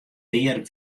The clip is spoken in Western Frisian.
pear